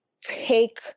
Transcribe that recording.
take